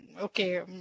okay